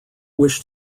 wish